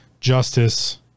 Justice